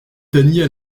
daniel